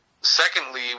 secondly